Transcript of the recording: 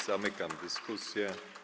Zamykam dyskusję.